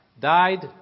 died